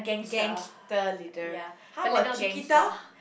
gangster leader how about Cheeketah